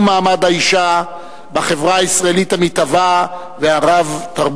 מעמד האשה בחברה הישראלית המתהווה והרב-תרבותית.